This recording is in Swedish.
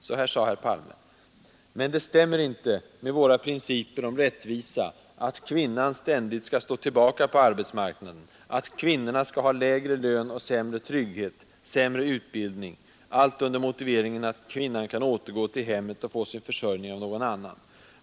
Så här sade herr Palme: ”Men det stämmer inte ——— med våra principer om rättvisa att kvinnan ständigt ska stå tillbaka på arbetsmarknaden, att kvinnorna ska ha lägre lön och sämre trygghet, sämre utbildning — allt under motiveringen att kvinnan kan återgå till hemmet och få sin försörjning av någon annan.